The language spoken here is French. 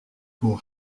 pour